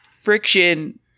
friction